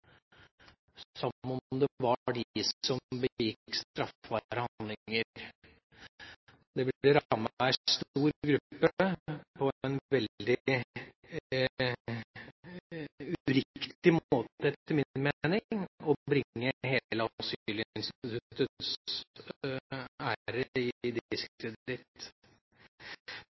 om det var de som begikk straffbare handlinger. Det ville ramme en stor gruppe på en veldig uriktig måte, etter min mening, og bringe hele